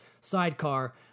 sidecar